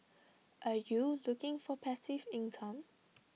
are you looking for passive income